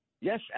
Yes